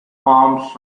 farms